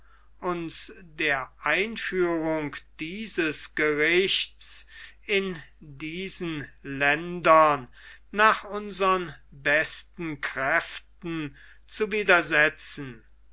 uns der einführung dieses gerichts in diesen ländern nach unsern besten kräften zu widersetzen